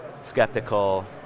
skeptical